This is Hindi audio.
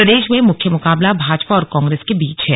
प्रदेश में मुख्य मुकाबला भाजपा और कांग्रेस के बीच है